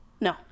No